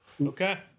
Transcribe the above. okay